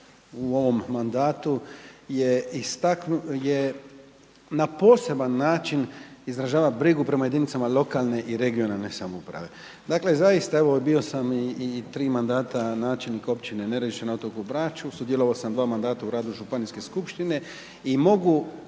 u ovom mandatu je, na poseban način izražava brigu prema jedinicama lokalne i regionalne samouprave. Dakle, zaista evo bio sam i 3 mandata načelnik općine Nerezišće na otoku Braču, sudjelovao sam 2 mandata u radu županijske skupštine i mogu